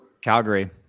Calgary